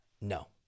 No